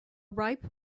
ripe